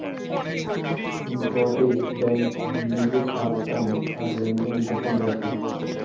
গটে বেঙ্ক লিজের কাজ কাম আর লেনদেন গোপন রাখে